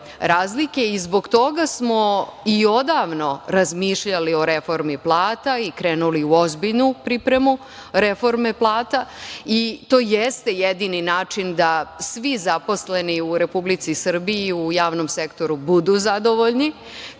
i zbog toga smo i odavno razmišljali o reformi plata i krenuli u ozbiljnu pripremu reforme plata i to jeste jedini način da svi zaposleni u Republici Srbiji, u javnom sektoru budu zadovoljni.